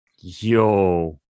Yo